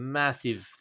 massive